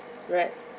right